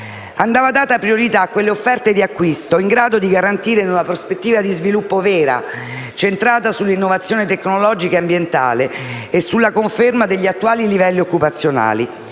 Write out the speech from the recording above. essere data priorità a quelle offerte di acquisto in grado di garantire una prospettiva di sviluppo vera, centrata sulla innovazione tecnologica e ambientale e sulla conferma degli attuali livelli occupazionali.